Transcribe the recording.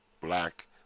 black